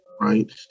right